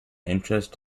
interest